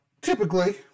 Typically